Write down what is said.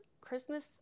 Christmas